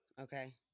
Okay